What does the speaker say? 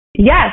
Yes